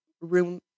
room